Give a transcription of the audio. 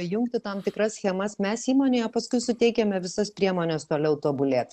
jungti tam tikras schemas mes įmonėje paskui suteikiame visas priemones toliau tobulėt